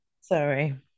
Sorry